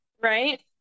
right